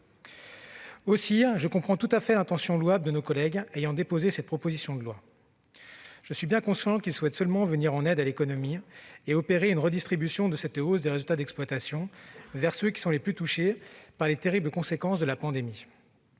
Je comprends donc tout à fait l'intention louable des auteurs de cette proposition de loi. Je suis bien conscient qu'ils souhaitent seulement venir en aide à l'économie et opérer une redistribution de cette hausse des résultats d'exploitation vers les acteurs économiques les plus touchés par les terribles conséquences de la pandémie.